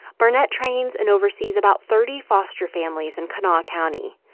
barnett trains and oversees about thirty foster families in kanawha county.